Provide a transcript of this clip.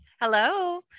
Hello